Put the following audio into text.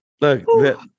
Look